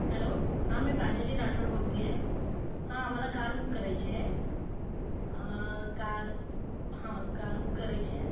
hello हां मी प्रांजली राठोड बोलते आहे हां मला कार बुक करायची आहे कार हं कार बुक करायची आहे